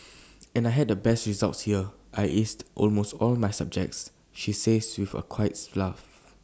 and I had the best results here I aced almost all my subjects she says with A quiet laugh